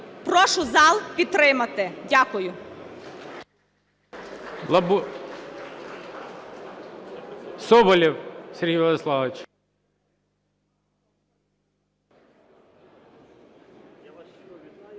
Прошу зал підтримати. Дякую.